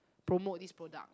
promote this product